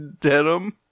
denim